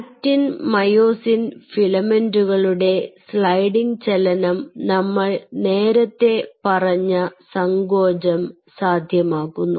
actin myosin ഫിലമെന്റുകളുടെ sliding ചലനം നമ്മൾ നേരത്തെ പറഞ്ഞ സങ്കോചം സാധ്യമാകുന്നു